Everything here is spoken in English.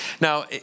Now